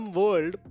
world